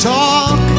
talk